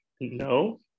No